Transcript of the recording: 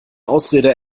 ausrede